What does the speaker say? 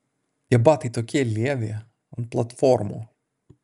tie batai tokie lievi ant platformų